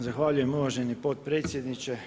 Zahvaljujem uvaženi potpredsjedniče.